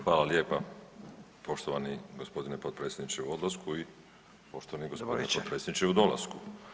Hvala lijepa poštovani gospodine potpredsjedniče u odlasku i poštovani gospodine potpredsjedniče u dolasku.